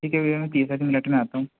ठीक है भैया मैं एक तीस मिनट में आता हूँ